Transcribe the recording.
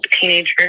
teenager